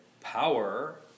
power